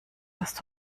hast